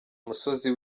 umusozi